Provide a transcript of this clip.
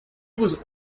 was